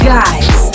Guys